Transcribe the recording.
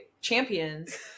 champions